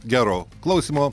gero klausymo